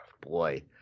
boy